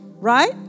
right